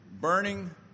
burning